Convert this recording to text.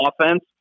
offense